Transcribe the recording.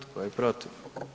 Tko je protiv?